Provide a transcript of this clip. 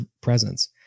presence